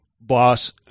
boss